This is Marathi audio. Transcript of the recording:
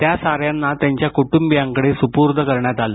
त्या साऱ्यांना त्यांच्या कुट्रंबीयांकडे सुपूर्य करण्यात आलं